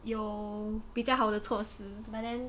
有比较好的措施 but then